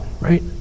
right